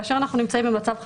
כאשר אנחנו נמצאים במצב חירומי,